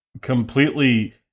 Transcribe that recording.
completely